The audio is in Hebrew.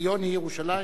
ציון היא ירושלים?